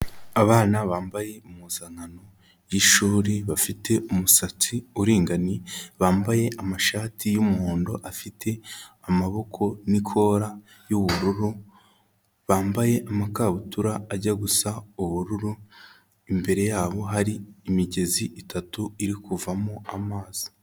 Abana bambaye impuzankano y'ishuri bafite umusatsi uringaniye, bambaye amashati y'umuhondo afite amaboko n'ikora y'ubururu, bambaye amakabutura ajya gusa ubururu, imbere yabo hari imigezi itatu iri kuvamo amazi.